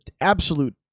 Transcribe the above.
absolute